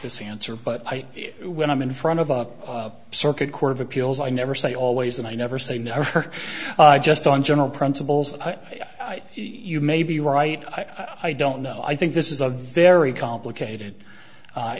this answer but i when i'm in front of a circuit court of appeals i never say always and i never say never just on general principles but i you may be right i don't know i think this is a very complicated a